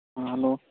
hello